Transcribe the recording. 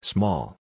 Small